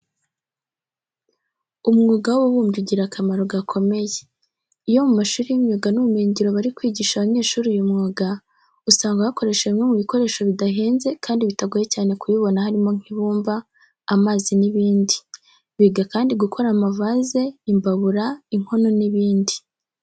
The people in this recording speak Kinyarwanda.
Umwuga w'ububumbyi ugira akamaro gakomeye. Iyo mu mashuri y'imyuga n'ubumenyingiro bari kwigisha abanyeshuri uyu mwuga, usanga bakoresha bimwe mu bikoresho bidahenze kandi bitagoye cyane kubibona harimo nk'ibumba, amazi n'ibindi. Biga kandi gukora amavaze, imbabura, inkono n'ibindi.